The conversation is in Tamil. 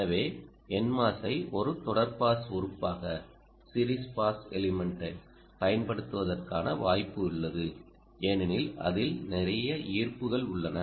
எனவே NMOS ஐ ஒரு தொடர் பாஸ் உறுப்பாகப் பயன்படுத்துவதற்கான வாய்ப்பு உள்ளது ஏனெனில் அதில் நிறைய ஈர்ப்புகள் உள்ளன